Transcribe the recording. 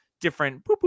different